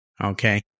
Okay